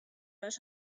los